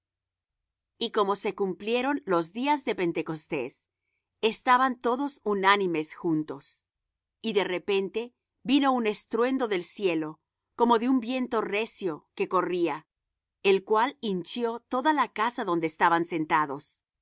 y como se cumplieron los días de pentecostés estaban todos unánimes juntos y de repente vino un estruendo del cielo como de un viento recio que corría el cual hinchió toda la casa donde estaban sentados y